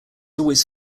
always